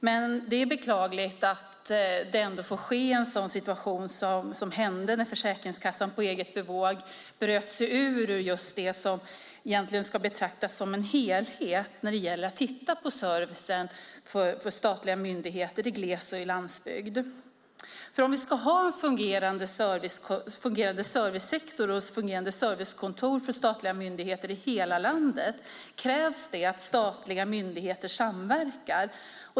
Men det är beklagligt att det ändå får bli en sådan situation som när Försäkringskassan på eget bevåg bröt sig ur det som egentligen ska betraktas som en helhet när det gäller att titta på servicen från statliga myndigheter i gles och landsbygd. Om vi ska ha en fungerande servicesektor och servicekontor för statliga myndigheter i hela landet krävs det att statliga myndigheter samverkar.